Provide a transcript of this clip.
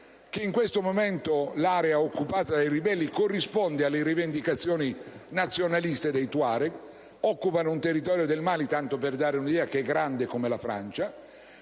in questo momento l'area occupata dai ribelli corrisponde alle rivendicazioni nazionaliste dei Tuareg. Occupano infatti un territorio del Mali, tanto per dare un'idea, che è grande come la Francia